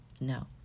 No